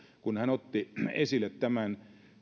kun hän otti esille tämän